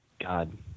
God